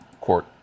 Court